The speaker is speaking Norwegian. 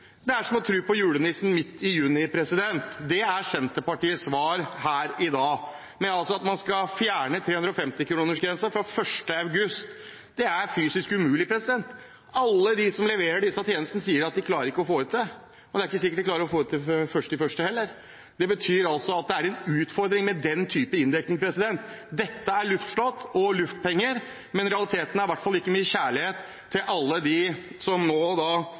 Det er som å tro på julenissen midt i juni. Senterpartiets svar her i dag, at man skal fjerne 350-kronersgrensen fra 1. august, er fysisk umulig. Alle som leverer disse tjenestene, sier at de klarer ikke å få det til. Det er ikke sikkert de klarer å få det til 1. januar heller. Det betyr altså at det er en utfordring med den type inndekning. Dette er luftslott og luftpenger. Realiteten er i hvert fall ikke mye kjærlighet til alle dem som nå